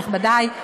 נכבדי,